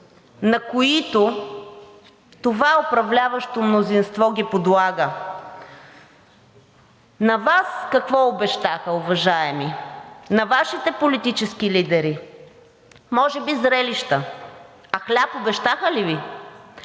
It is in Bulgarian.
на които това управляващо мнозинство ги подлага? На Вас какво обещаха, уважаеми, на Вашите политически лидери? Може би зрелища. А хляб обещаха ли Ви?